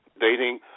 dating